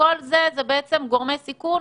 הם גורמי סיכון